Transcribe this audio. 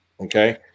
okay